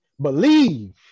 Believe